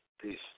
Peace